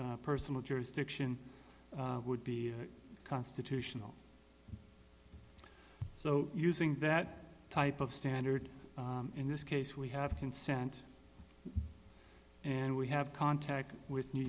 personal jurisdiction would be constitutional so using that type of standard in this case we have consent and we have contact with new